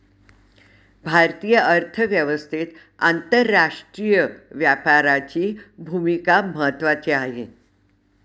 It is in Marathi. भारतीय अर्थव्यवस्थेत आंतरराष्ट्रीय व्यापाराची भूमिका महत्त्वाची आहे